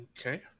Okay